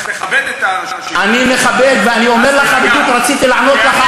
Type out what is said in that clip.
ואני מודה לכם שהעליתם אותו.